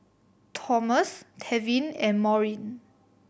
Tomas Tevin and Maurine